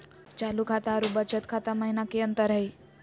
चालू खाता अरू बचत खाता महिना की अंतर हई?